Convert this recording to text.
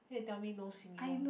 hey tell me no singing lor